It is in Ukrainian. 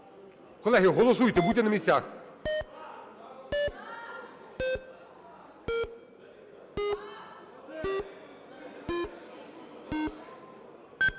Колеги, голосуйте, будьте на місцях.